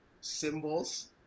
symbols